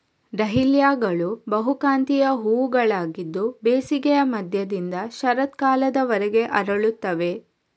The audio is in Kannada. ಡಹ್ಲಿಯಾಗಳು ಬಹುಕಾಂತೀಯ ಹೂವುಗಳಾಗಿದ್ದು ಬೇಸಿಗೆಯ ಮಧ್ಯದಿಂದ ಶರತ್ಕಾಲದವರೆಗೆ ಅರಳುತ್ತವೆ